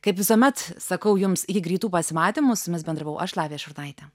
kaip visuomet sakau jums iki greitų pasimatymų su jumis bendravau aš lavija šurnaitė